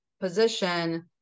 position